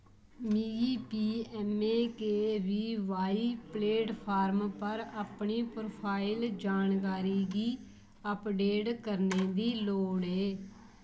मिगी P M K V Y platform पर अपनी प्रोफाइल जानकारी गी अपडेट करने दी लोड़ ऐ